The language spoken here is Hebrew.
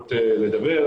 האפשרות לדבר.